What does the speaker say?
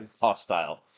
hostile